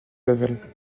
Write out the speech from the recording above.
laval